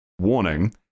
Warning